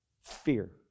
Fear